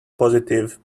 positive